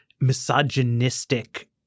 misogynistic